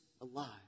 alive